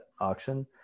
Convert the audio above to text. auction